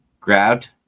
grabbed